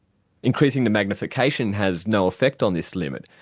increasing the magnification has no effect on this limit.